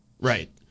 Right